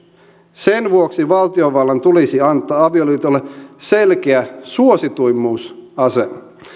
sen vuoksi valtiovallan tulisi antaa avioliitolle selkeä suosituimmuusasema